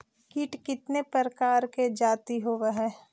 कीट कीतने प्रकार के जाती होबहय?